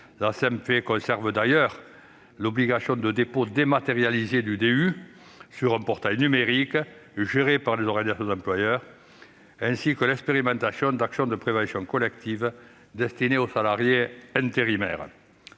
conservé l'obligation de dépôt dématérialisé du DUERP sur un portail numérique géré par les organisations d'employeurs, ainsi que l'expérimentation d'actions de prévention collective destinées aux salariés intérimaires.